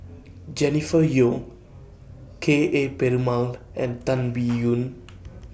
Jennifer Yeo Ka Perumal and Tan Biyun